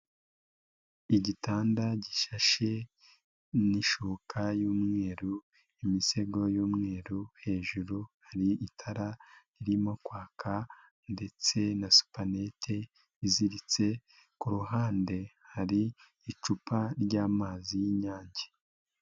Igitanda gishashe n'ishuka y'umweru, imisego y'umweru, hejuru hari itara ririmo kwaka, ndetse na supanete iziritse, ku ruhande hari icupa ry'amazi y'inyange.